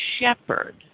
shepherd